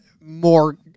more